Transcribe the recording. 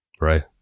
right